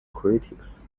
critics